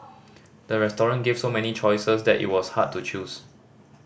the restaurant gave so many choices that it was hard to choose